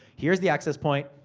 here's the access point,